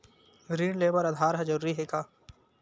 ऋण ले बर आधार ह जरूरी हे का?